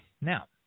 Now